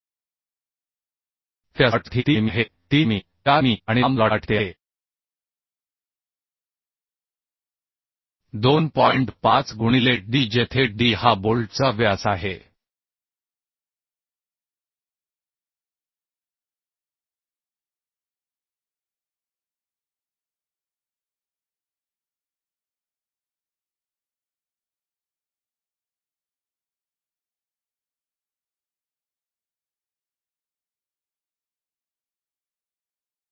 1 table 19 मध्ये दिला आहे बोल्टला होल देण्यात आला आहे म्हणजे तो दांडाच्या व्यासावर अवलंबून असतो म्हणजे बोल्ट व्यासाचा नाममात्र व्यास जर हा d असेल तर नाममात्र व्यास 12 ते 14 असेल तर मानक क्लिअरन्स म्हणजे छिद्र मानक क्लिअरन्स 1 मिमी असेल